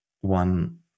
one